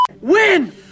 Win